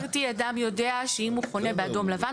אדם יודע שאם הוא חונה באדום-לבן,